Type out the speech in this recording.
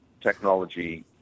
technology